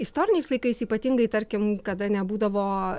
istoriniais laikais ypatingai tarkim kada nebūdavo